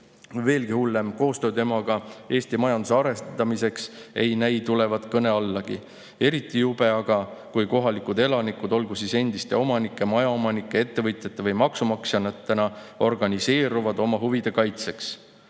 veelgi hullem – koostöö temaga Eesti majanduse arendamiseks ei näi tulevat kõne allagi. Eriti jube aga, kui kohalikud elanikud, olgu siis endiste omanike, majaomanike, ettevõtjate või maksumaksjatena organiseeruvad oma huvide kaitseks.